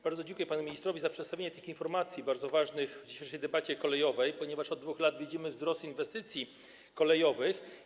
Bardzo dziękuję panu ministrowi za przedstawienie tych bardzo ważnych informacji w dzisiejszej debacie kolejowej, ponieważ od 2 lat widzimy wzrost inwestycji kolejowych.